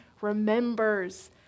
remembers